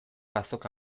azoka